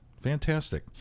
Fantastic